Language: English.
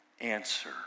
Answer